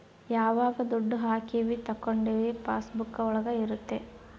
ಯಾವಾಗ ದುಡ್ಡು ಹಾಕೀವಿ ತಕ್ಕೊಂಡಿವಿ ಪಾಸ್ ಬುಕ್ ಒಳಗ ಇರುತ್ತೆ